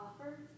offer